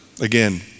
again